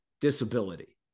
disability